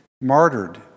martyred